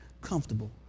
comfortable